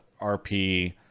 RP